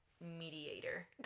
mediator